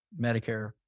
Medicare